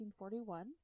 1941